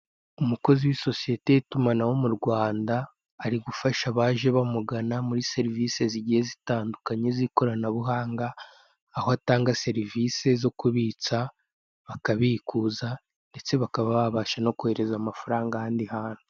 Umukozi w'isosiyete y'itumanaho mu Rwanda, ari gufasha abaje bamugana muri service zigiye zitandukanye z'ikoranabuhanga aho atanga service zo kubitsa, bakabikuza ndetse bakaba babasha no kohereza amafaranga ahandi hantu.